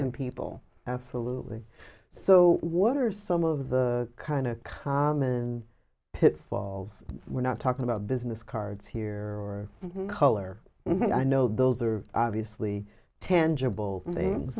in people absolutely so what are some of the kind of common pitfalls we're not talking about business cards here or color but i know those are obviously tangible things